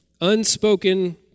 Unspoken